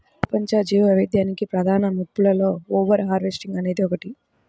ప్రపంచ జీవవైవిధ్యానికి ప్రధాన ముప్పులలో ఓవర్ హార్వెస్టింగ్ అనేది ఒకటి